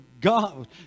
God